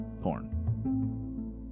porn